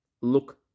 look